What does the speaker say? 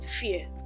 fear